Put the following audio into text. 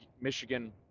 Michigan